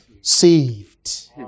saved